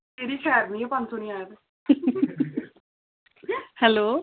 hello